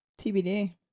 TBD